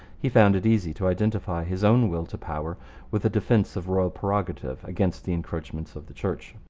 he found it easy to identify his own will to power with a defence of royal prerogative against the encroachments of the church.